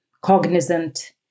cognizant